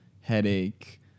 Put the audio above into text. headache